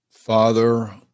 Father